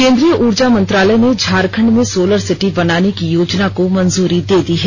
केन्द्रीय उर्जा मंत्रालय ने झारखंड में सोलर सिटी बनाने की योजना को मंजूरी दे दी है